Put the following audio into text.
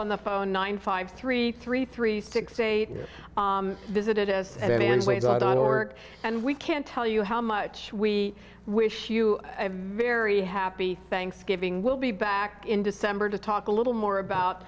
on the phone nine five three three three six eight visited us anyways either or and we can't tell you how much we wish you a very happy thanksgiving we'll be back in december to talk a little more about